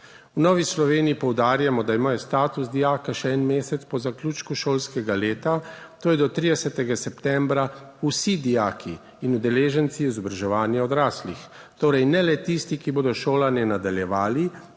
V Novi Sloveniji poudarjamo, da imajo status dijaka še en mesec po zaključku šolskega leta, to je do 30. septembra, vsi dijaki in udeleženci izobraževanja odraslih. Torej, ne le tisti, ki bodo šolanje nadaljevali